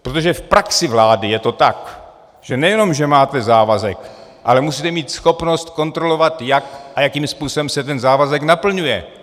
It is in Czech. Protože v praxi vlády je to tak, že nejenom že máte závazek, ale musíte mít schopnost kontrolovat, jakým způsobem se ten závazek naplňuje.